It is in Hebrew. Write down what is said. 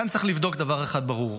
כאן צריך לבדוק דבר אחד ברור: